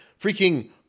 freaking